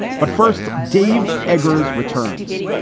but first, dave eggers returns.